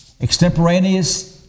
extemporaneous